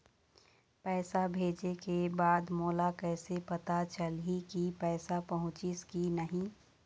पैसा भेजे के बाद मोला कैसे पता चलही की पैसा पहुंचिस कि नहीं?